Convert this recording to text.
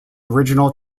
original